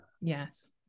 yes